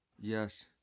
yes